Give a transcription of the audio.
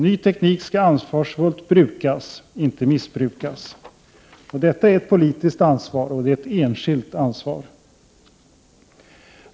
Ny teknik skall ansvarsfullt brukas, inte missbrukas. Detta är ett politiskt ansvar, och ett enskilt.